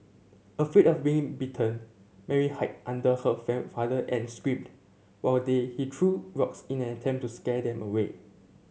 afraid of being bitten Mary hide under her father and screamed while the he threw rocks in an attempt to scare them away